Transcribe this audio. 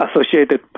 associated